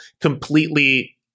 completely